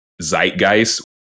zeitgeist